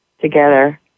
together